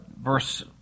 verse